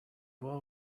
all